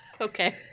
Okay